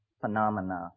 phenomena